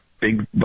big